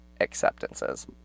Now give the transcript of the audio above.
acceptances